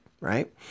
right